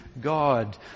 God